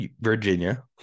Virginia